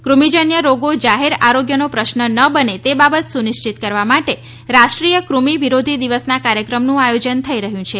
ક્રમિ જન્ય રોગો જાહેર આરોગ્યનો પ્રશ્ન ન બને તે બાબત સુનિશ્વીત કરવા માટે રાષ્ટ્રીય ક્રમિ વિરોધી દિવસના કાર્યક્રમનું આયોજન થઈ રહ્યું છે